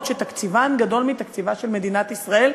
שתקציבן גדול מתקציבה של מדינת ישראל,